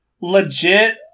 legit